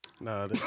Nah